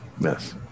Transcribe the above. Yes